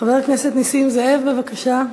חבר הכנסת נסים זאב, בבקשה.